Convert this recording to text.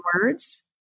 words